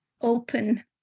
open